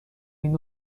این